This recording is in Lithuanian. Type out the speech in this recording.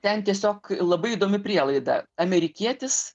ten tiesiog labai įdomi prielaida amerikietis